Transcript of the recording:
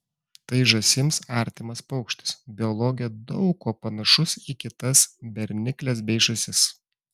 tai žąsims artimas paukštis biologija daug kuo panašus į kitas bernikles bei žąsis